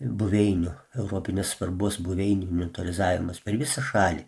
buveinių europinės svarbos buveinių mentalizavimas per visą šalį